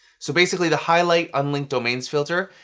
so basically, the highlight unlinked domains filter,